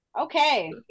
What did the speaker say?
okay